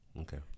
Okay